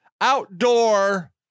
outdoor